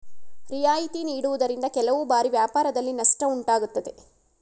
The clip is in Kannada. ರಿಯಾಯಿತಿ ನೀಡುವುದರಿಂದ ಕೆಲವು ಬಾರಿ ವ್ಯಾಪಾರದಲ್ಲಿ ನಷ್ಟ ಉಂಟಾಗುತ್ತದೆ